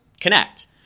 connect